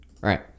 right